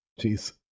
Jeez